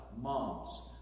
moms